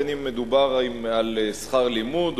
אם מדובר על שכר-לימוד,